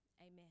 amen